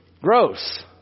Gross